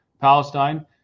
Palestine